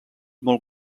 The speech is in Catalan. molt